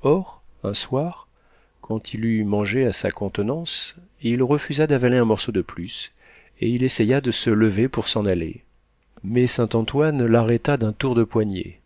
or un soir quand il eut mangé à sa contenance il refusa d'avaler un morceau de plus et il essaya de se lever pour s'en aller mais saint-antoine l'arrêta d'un tour de poignet